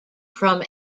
from